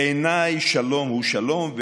בעיניי שלום הוא שלום,